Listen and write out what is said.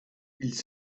ils